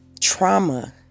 trauma